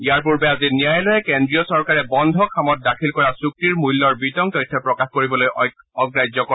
ইয়াৰ পূৰ্বে আজি ন্যায়ালয়ে কেড্ৰীয় চৰকাৰে বন্ধ খামত দাখিল কৰা চুক্তিৰ মূল্যৰ বিতং তথ্য প্ৰকাশ কৰিবলৈ অগ্ৰাহ্য কৰে